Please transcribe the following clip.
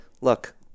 look